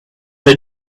the